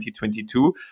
2022